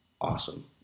awesome